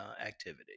activity